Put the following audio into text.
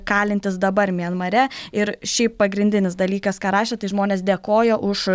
kalintys dabar mianmare ir šiaip pagrindinis dalykas ką rašė tai žmonės dėkojo už